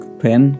pen